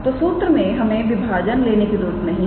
तोसूत्र में हमें विभाजन लेने की जरूरत नहीं है